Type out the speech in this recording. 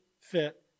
fit